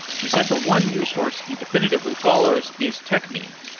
he said the one news source he definitively follows is techmeme.